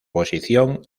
posición